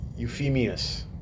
Euphemius